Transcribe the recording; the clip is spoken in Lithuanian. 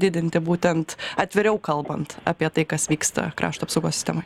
didinti būtent atviriau kalbant apie tai kas vyksta krašto apsaugos sistemoj